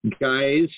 Guys